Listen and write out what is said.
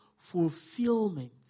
Fulfillment